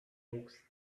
books